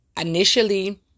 Initially